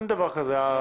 אין דבר כזה.